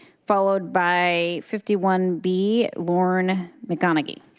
followed by fifty one b lauren mcgonigal.